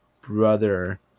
brother